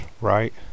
right